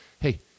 Hey